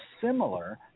similar